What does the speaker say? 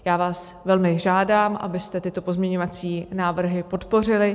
Já vás velmi žádám, abyste tyto pozměňovací návrhy podpořili.